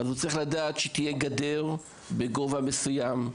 הוא צריך לדעת שצריך גדר בגובה מסוים,